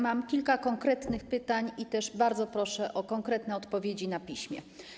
Mam kilka konkretnych pytań i też bardzo proszę o konkretne odpowiedzi na piśmie.